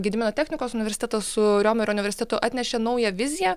gedimino technikos universiteto su riomerio universitetu atnešė naują viziją